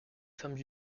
femmes